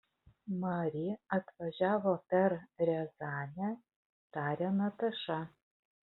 mari atvažiavo per riazanę tarė nataša